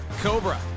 Cobra